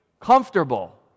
comfortable